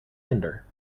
hinder